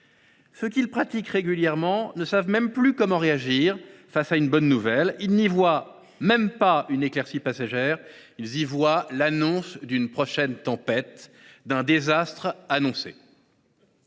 Ceux qui le pratiquent régulièrement ne savent plus comment réagir face à une bonne nouvelle : ils n’y voient même pas une éclaircie passagère, mais l’annonce d’une prochaine tempête, d’un désastre à venir.